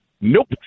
Nope